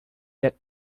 that